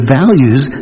values